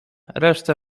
resztę